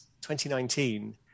2019